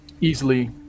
easily